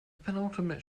penultimate